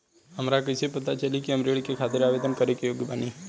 हमरा कइसे पता चली कि हम ऋण के खातिर आवेदन करे के योग्य बानी?